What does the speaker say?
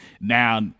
Now